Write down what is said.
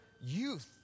youth